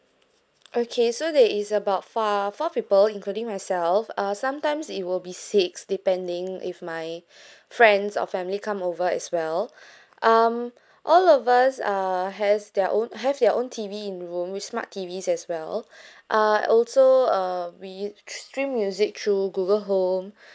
okay so there is about four four people including myself uh sometimes it will be six depending if my friends or family come over as well um all of us uh has their own have their own T_V in room with smart T_V as well uh I also uh we streamed music through google home